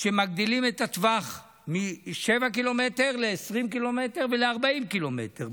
שמגדילים את הטווח מ-7 ק"מ ל-20 ק"מ ול-40 ק"מ,